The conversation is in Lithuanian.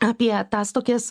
apie tas tokias